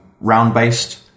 round-based